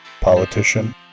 politician